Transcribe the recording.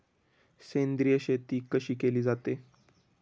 सेंद्रिय शेती कशी केली जाते?